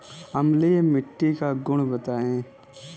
अम्लीय मिट्टी का गुण बताइये